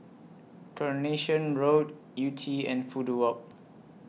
Coronation Road Yew Tee and Fudu Walk